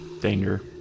danger